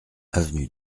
avenue